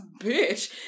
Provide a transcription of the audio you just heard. bitch